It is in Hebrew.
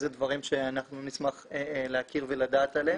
זה דברים שאנחנו נשמח להכיר ולדעת עליהם.